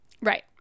right